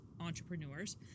entrepreneurs